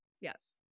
Yes